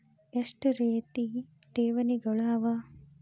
ಎಷ್ಟ ರೇತಿ ಠೇವಣಿಗಳ ಅವ?